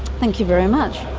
thank you very much.